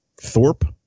Thorpe